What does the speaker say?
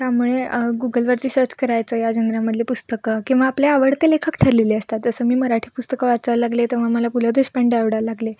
त्यामुळे गुगलवरती सर्च करायचं या जनरामधले पुस्तकं किंवा आपल्या आवडते लेखक ठरलेले असतात जसं मी मराठी पुस्तकं वाचायला लागले तेव्हा मला पु ल देशपांडे आवडायला लागले